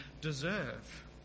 deserve